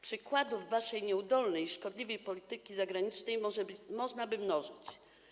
Przykłady waszej nieudolnej i szkodliwej polityki zagranicznej można by mnożyć.